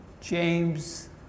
James